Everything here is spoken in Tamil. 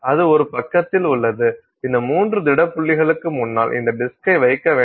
அது ஒரு பக்கத்தில் உள்ளது இந்த 3 திட புள்ளிகளுக்கு முன்னால் இந்த டிஸ்க்கை வைக்க வேண்டும்